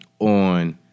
on